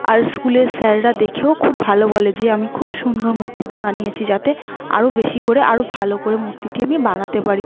আর স্কুলের স্যাররা দেখেও খুব ভালো বলে যে আমি খুব সুন্দর মূর্তিটি বানিয়েছি যাতে আরও বেশি করে আরও ভালো করে মূর্তিটি আমি বানাতে পারি